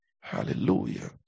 hallelujah